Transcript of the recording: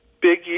big